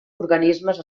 organismes